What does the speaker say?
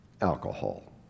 alcohol